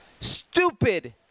stupid